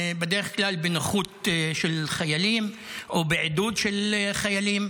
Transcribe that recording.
בדרך כלל בנוכחות של חיילים או בעדות של חיילים.